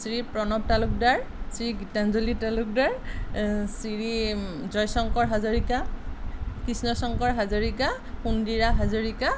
Shri Pranab Talukdar Shri Gitanjali Talukdar Shri Joy Shankar Hazarika Krishna Shankar Hazarika Sondira Hazarika